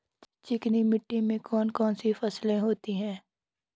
चिकनी मिट्टी में कौन कौन सी फसलें होती हैं?